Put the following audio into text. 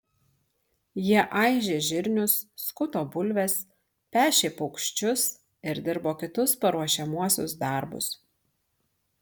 jie aižė žirnius skuto bulves pešė paukščius ir dirbo kitus paruošiamuosius darbus